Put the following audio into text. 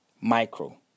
micro